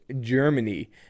Germany